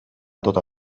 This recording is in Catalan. tota